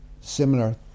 similar